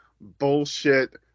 bullshit